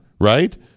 Right